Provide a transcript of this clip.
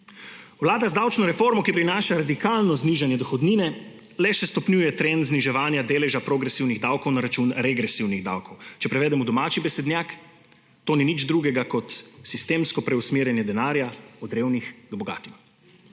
Vlada z davčno reformo, ki prinaša radikalno znižanje dohodnine, le še stopnjuje trend zniževanja deleža progresivnih davkov na račun regresivnih davkov. Če prevedem v domači besednjak, to ni nič drugega kot sistemsko preusmerjanje denarja od revnih k bogatim.